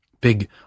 Big